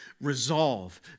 resolve